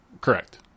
Correct